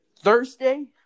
Thursday